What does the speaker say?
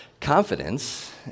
confidence